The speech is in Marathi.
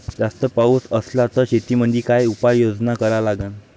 जास्त पाऊस असला त शेतीमंदी काय उपाययोजना करा लागन?